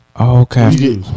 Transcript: Okay